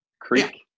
Creek